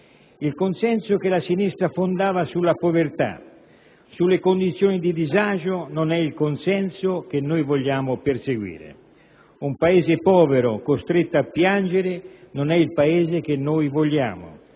Il consenso che la sinistra fondava sulla povertà, sulle condizioni di disagio, non è il consenso che vogliamo perseguire. Un Paese povero, costretto a piangere, non è il Paese che vogliamo.